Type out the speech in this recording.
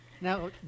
Now